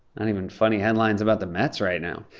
not even funny headlines about the mets right now.